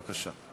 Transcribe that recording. בבקשה.